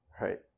right